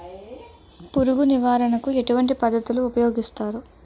పురుగు నివారణ కు ఎటువంటి పద్ధతులు ఊపయోగిస్తారు?